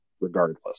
regardless